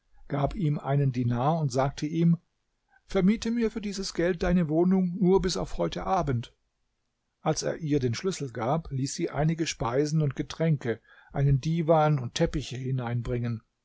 gab ihm einen dinar und sagte ihm vermiete mir für dieses geld deine wohnung nur bis auf heute abend als er ihr den schlüssel gab ließ sie einige speisen und getränke einen diwan und teppiche hineinbringen